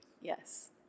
Yes